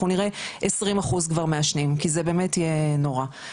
נראה 20% כבר מעשנים כי זה באמת יהיה נורא.